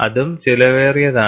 അതും ചെലവേറിയതാണ്